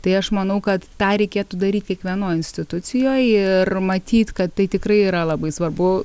tai aš manau kad tą reikėtų daryt kiekvienoj institucijoj ir matyt kad tai tikrai yra labai svarbu